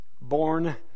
born